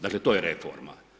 Dakle, to je reforma.